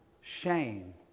shame